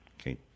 Okay